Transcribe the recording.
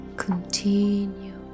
Continue